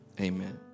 amen